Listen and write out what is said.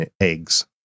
eggs